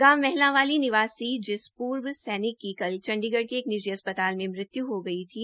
गांव महलांवाली निवासी जिस पूर्व सैनिक की कल चंडीगढ़ के एक निजी अस्प्ताल में मृत्य् हो गई थी